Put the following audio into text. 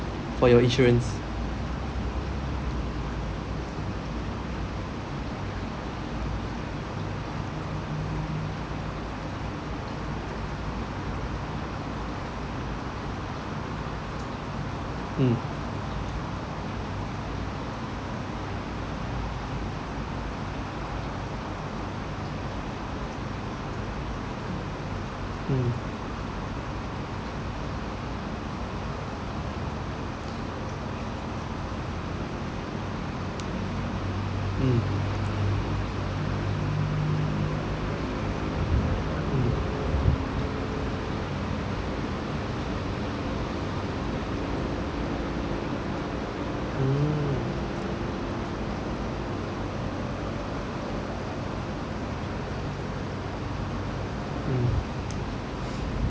for your insurance mm mm mm mm mm